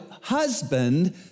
husband